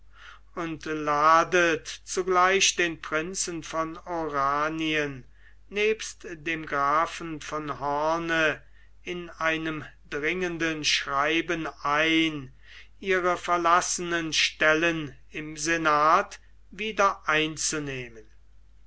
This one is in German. und ladet zugleich den prinzen von oranien nebst dem grafen von hoorn in einem dringenden schreiben ein ihre verlassenen stellen im senat wieder einzunehmen